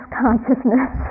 consciousness